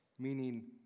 Meaning